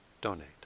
donate